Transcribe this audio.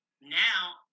now